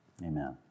Amen